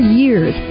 years